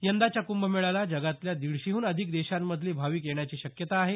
यंदाच्या क्भमेळ्याला जगातल्या दीडशेहन अधिक देशांमधले भाविक येण्याची शक्यता आहे